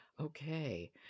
Okay